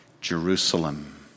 Jerusalem